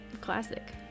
Classic